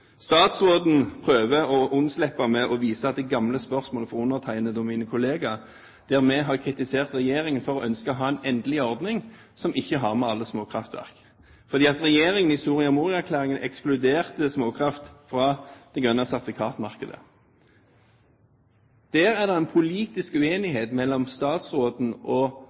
Statsråden prøver å unnslippe med å vise til gamle spørsmål fra meg og mine kolleger, der vi har kritisert regjeringen for å ønske å ha en endelig ordning som ikke har med alle småkraftverk, fordi regjeringen i Soria Moria-erklæringen ekskluderte småkraftverk fra det grønne sertifikatmarkedet. Der var det en politisk uenighet mellom regjeringen og